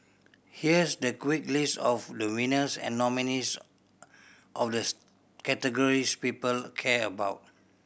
here's the quick list of the winners and nominees of the categories people care about